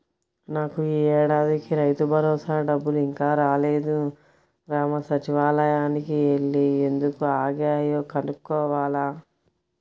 నాకు యీ ఏడాదికి రైతుభరోసా డబ్బులు ఇంకా రాలేదు, గ్రామ సచ్చివాలయానికి యెల్లి ఎందుకు ఆగాయో కనుక్కోవాల